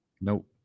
Nope